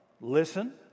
Listen